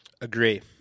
Agree